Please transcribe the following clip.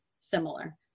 similar